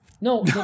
No